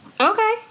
Okay